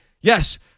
yes